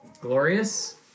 Glorious